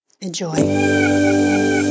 Enjoy